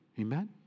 Amen